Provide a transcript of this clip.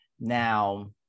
Now